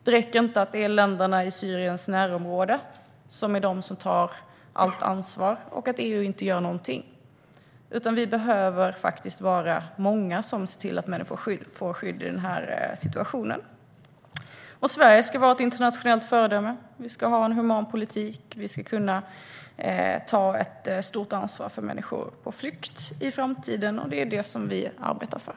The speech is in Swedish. Det duger inte om det är så att länderna i Syriens närområde tar allt ansvar och EU inte gör någonting, utan vi behöver vara många som ser till att människor får skydd i den här situationen. Sverige ska vara ett internationellt föredöme. Vi ska ha en human politik. Vi ska kunna ta ett stort ansvar för människor på flykt i framtiden, och det är det som vi arbetar för.